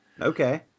Okay